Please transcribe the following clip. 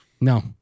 No